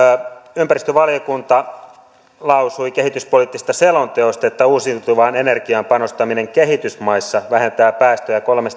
ympäristövaliokunta lausui kehityspoliittisesta selonteosta että uusiutuvaan energiaan panostaminen kehitysmaissa vähentää päästöjä kolme